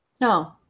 No